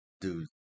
dude